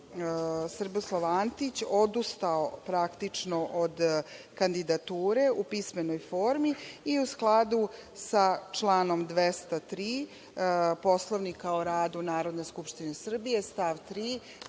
Srboslav Antić odustao praktično od kandidature, u pismenoj formi, i u skladu sa članom 203. Poslovnika o radu Narodne skupštine Srbije, stav 3.